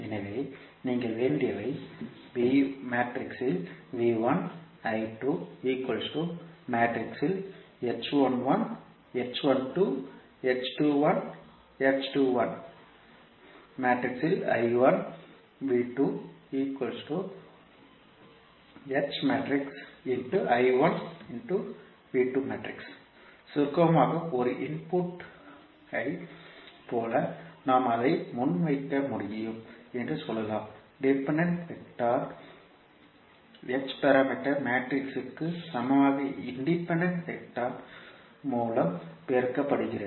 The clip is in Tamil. எனவே நீங்கள் வேண்டியவை சுருக்கமாக ஒரு இன்புட்டைப் போல நாம் அதை முன்வைக்க முடியும் என்று சொல்லலாம் டிபெண்டன்ட் வெக்டர் h பாராமீட்டர் மேட்ரிக்ஸுக்கு சமமாக இன்டிபெண்டன்ட் விட்டார் மூலம் பெருக்கப்படுகிறது